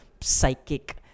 psychic